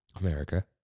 America